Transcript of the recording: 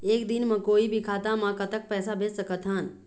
एक दिन म कोई भी खाता मा कतक पैसा भेज सकत हन?